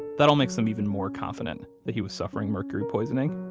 that all makes them even more confident that he was suffering mercury poisoning.